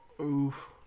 Oof